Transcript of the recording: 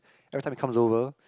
everytime he comes over